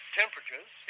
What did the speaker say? temperatures